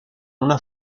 una